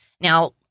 Now